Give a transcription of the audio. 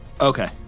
Okay